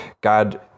God